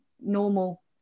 normal